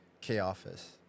K-Office